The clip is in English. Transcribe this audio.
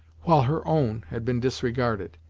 while her own had been disregarded,